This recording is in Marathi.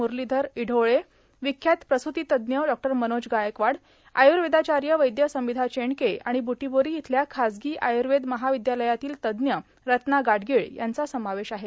मुरलीधर इढोळे विख्यात प्रस्तीतज्ज्ञ मनोज गायकवाड आयुर्वेदाचार्य वैद्य समिधा चेंडके आणि ब्रुटीबोरी इथल्या खाजगी आयुर्वेद महाविद्यालयातील तज्ज्ञ रत्ना गाडगीळ यांचा समावेश आहे